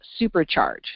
supercharge